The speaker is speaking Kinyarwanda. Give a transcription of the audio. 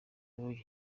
roy